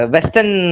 Western